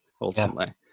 ultimately